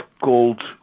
called